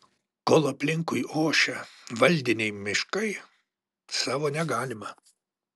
kol aplinkui ošia valdiniai miškai savo negalima